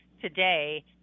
today